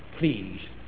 Please